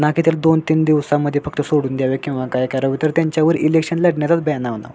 ना की त्याला दोन तीन दिवसांमध्ये फक्त सोडून द्यावे किंवा काय करावे तर त्यांच्यावर इलेक्शन लढण्याचाच बॅन आणावा